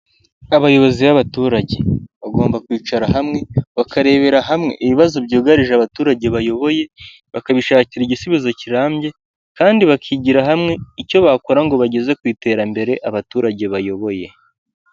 Abayobozi b'abaturage bagomba kwicara hamwe bakarebera hamwe ibibazo byugarije abaturage bayoboye bakabishakira igisubizo kirambye, kandi bakigira hamwe icyo bakora ngo bageze ku iterambere abaturage bayoboye.